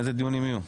איזה דיונים יהיו?